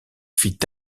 fit